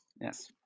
Yes